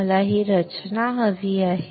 मला ही रचना हवी आहे